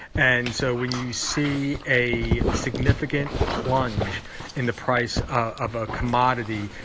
and so when you see a significant plunge in the price of a commodity,